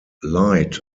light